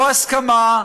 לא הסכמה,